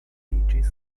rompiĝis